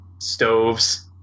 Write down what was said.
stoves